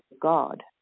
God